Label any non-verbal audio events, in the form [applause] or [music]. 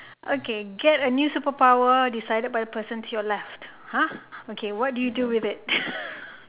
okay get a new superpower decided by the person to your left !huh! okay what do you do with it [laughs]